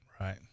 Right